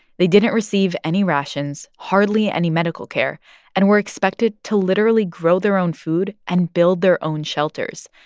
they didn't receive any rations, hardly any medical care and were expected to literally grow their own food and build their own shelters.